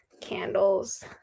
candles